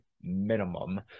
minimum